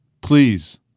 please